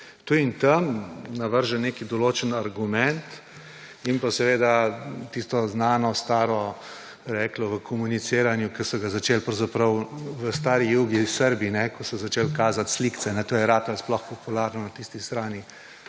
Tu in tam navrže nek določen argument in tisto znano staro reklo v komuniciranju, ki so ga začeli pravzaprav v stari Jugi Srbi, ko so začeli kazati slikce. To je postalo sploh popularno na tisti strani,